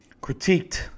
critiqued